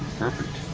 perfect